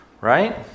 right